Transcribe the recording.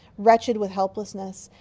wretched with helplessness.